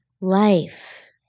Life